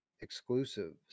exclusives